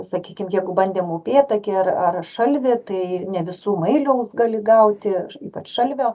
sakykim jeigu bandėm upėtakį ar ar šalvį tai ne visų mailiaus gali gauti ypač šalvio